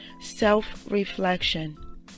Self-reflection